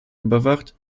überwacht